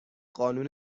قانون